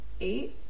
eight